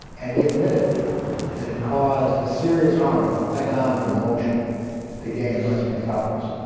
and he admitted that it caused serious harm, both economic and emotional to gay and lesbian couples.